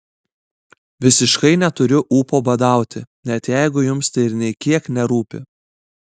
visiškai neturiu ūpo badauti net jeigu jums tai ir nė kiek nerūpi